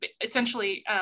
essentially